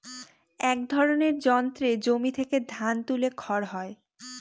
এক ধরনের যন্ত্রে জমি থেকে ধান তুলে খড় হয়